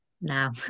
now